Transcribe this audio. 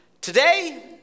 Today